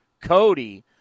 Cody